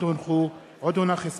הצעתו של חבר הכנסת חנא סוייד.